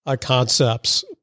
concepts